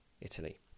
Italy